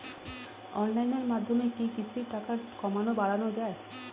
অনলাইনের মাধ্যমে কি কিস্তির টাকা কমানো বাড়ানো যায়?